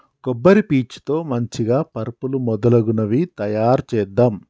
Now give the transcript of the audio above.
కొబ్బరి పీచు తో మంచిగ పరుపులు మొదలగునవి తాయారు చేద్దాం